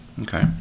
Okay